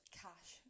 cash